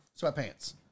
sweatpants